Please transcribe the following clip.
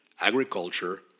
agriculture